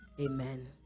Amen